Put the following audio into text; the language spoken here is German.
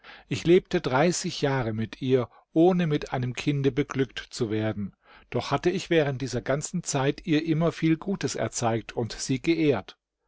ich lebte dreißig jahre mit ihr ohne mit einem kinde beglückt zu werden doch hatte ich während dieser ganzen zeit ihr immer viel gutes erzeigt und sie geehrt